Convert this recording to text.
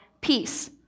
peace